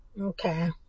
Okay